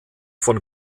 von